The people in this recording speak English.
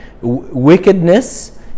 Wickedness